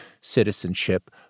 citizenship